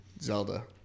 Zelda